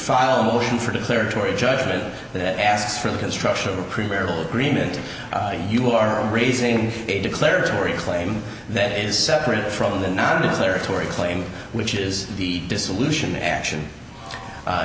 file a motion for declaratory judgment that asks for the construction of a pre marital green it you are raising a declaratory claim that is separate from the not a territory claim which is the dissolution action